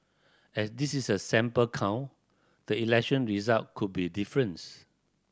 as this is a sample count the election result could be differents